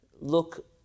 look